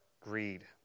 greed